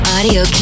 Audio